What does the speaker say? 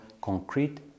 concrete